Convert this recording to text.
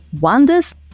wonders